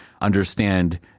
understand